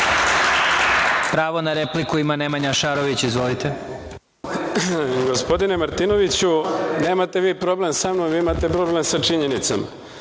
Pravo na repliku. Izvolite. **Nemanja Šarović** Gospodine Martinoviću, nemate vi problem sa mnom, vi imate problem sa činjenicama.